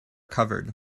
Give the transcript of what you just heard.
covered